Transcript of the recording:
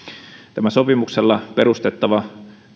tämä sopimuksella perustettava